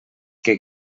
que